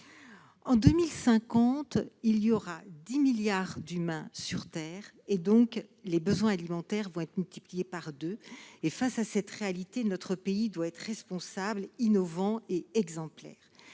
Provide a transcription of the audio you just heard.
En 2050, il y aura 10 milliards d'humains sur terre. Les besoins alimentaires vont donc être multipliés par deux. Face à cette réalité, notre pays doit être responsable, innovant et exemplaire.